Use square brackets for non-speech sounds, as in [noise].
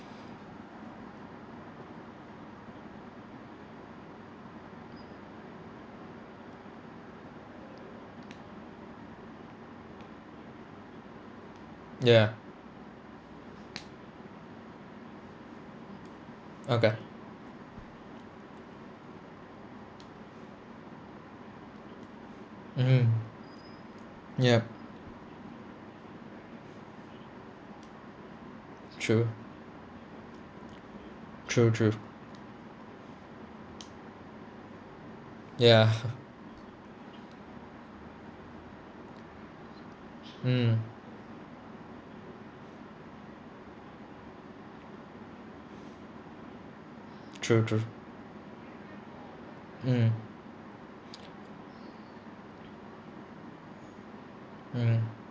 ya okay mmhmm ya true true true ya [laughs] mm true true mm mm